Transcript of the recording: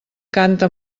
canta